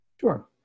Sure